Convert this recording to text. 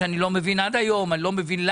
שאני לא מבין עד היום למה,